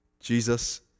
Jesus